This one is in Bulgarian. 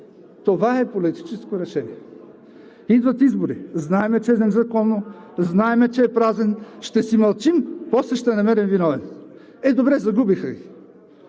„Това е политическо решение.“ Идват избори. Знаем, че е незаконно, знаем, че е празен, ще си мълчим, после ще намерим виновен. Е, добре, загубиха ги.